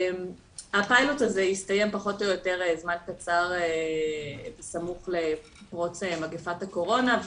הפיילוט הזה הסתיים פחות או יותר זמן קצר בסמוך לפרוץ מגפת הקורונה,